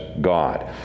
God